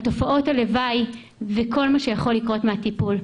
על תופעות הלוואי וכל מה שיכול לקרות מהטיפול.